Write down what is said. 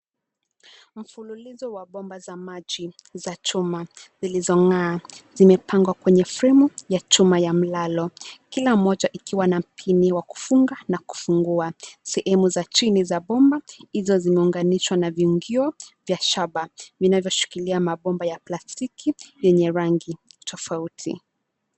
Mfululizo wa bomba za maji za chuma zilizongaa zimepangwa kwenye fremu ya chuma ya mlalo, kila moja ikiwa na mpini wa kufunga na kufungua, sehemu za chini za bomba hizo zimeunganishwa viingio vya shaba vinavyoshikilia mabomba ya plastiki yenye rangi tofauti.